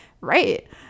right